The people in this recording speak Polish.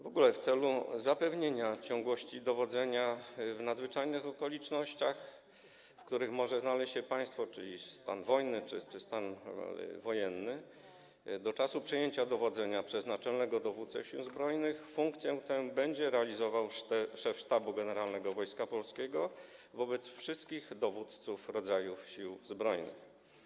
W ogóle w celu zapewnienia ciągłości dowodzenia w nadzwyczajnych okolicznościach, w których może znaleźć się państwo, takich jak stan wojny czy stan wojenny, do czasu przejęcia dowodzenia przez naczelnego dowódcę Sił Zbrojnych funkcję tę będzie realizował szef Sztabu Generalnego Wojska Polskiego wobec wszystkich dowódców rodzajów Sił Zbrojnych.